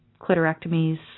clitorectomies